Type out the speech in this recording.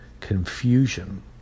confusion